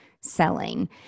selling